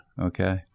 Okay